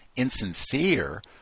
insincere